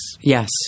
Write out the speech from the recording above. yes